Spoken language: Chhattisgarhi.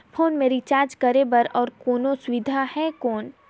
फोन मे रिचार्ज करे बर और कोनो सुविधा है कौन?